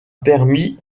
permis